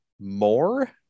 more